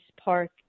park